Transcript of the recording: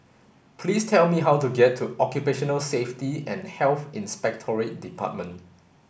please tell me how to get to Occupational Safety and Health Inspectorate Department